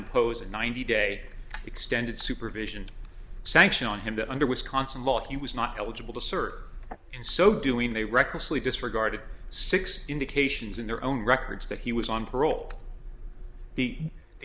impose a ninety day extended supervision sanction on him that under wisconsin law he was not eligible to serve in so doing they recklessly disregarded six indications in their own records that he was on parole he